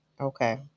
Okay